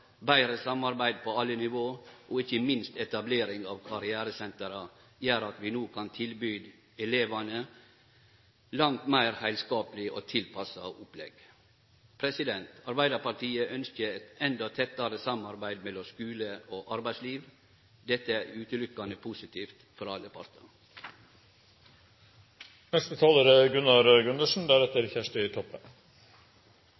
betre samarbeid på alle nivå og ikkje minst etablering av karrieresenter gjer at vi no kan tilby elevane eit langt meir heilskapleg og tilpassa opplegg. Arbeidarpartiet ønskjer eit enda tettare samarbeid mellom skule og arbeidsliv. Dette er utelukkande positivt – for alle